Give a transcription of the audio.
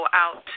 out